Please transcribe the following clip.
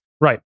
right